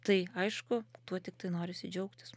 tai aišku tuo tiktai norisi džiaugtis